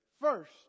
first